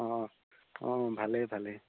অঁ অঁ ভালেই ভালেই